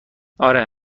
آره